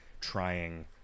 trying